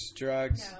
drugs